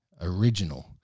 original